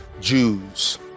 Jews